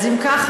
אז אם ככה,